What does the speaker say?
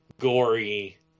gory